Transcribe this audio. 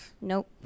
Nope